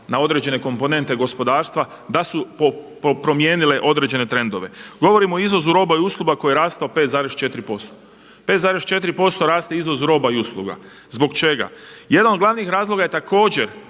na određene komponente gospodarstva da su promijenile određene trendove. Govorim o izvozu roba i usluga koja je rasla 5,4%. 5,4% raste izvoz roba i usluga. Zbog čega? Jedan od glavnih razloga je također